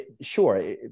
sure